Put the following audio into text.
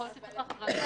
יכול להיות שצריך החרגה.